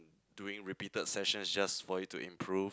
doing repeated sessions it's just for you to improve